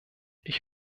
ich